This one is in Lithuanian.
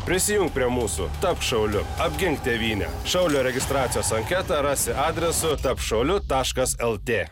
prisijunk prie mūsų tapk šauliu apgink tėvynę šaulio registracijos anketą rasi adresu tapk šauliu taškas lt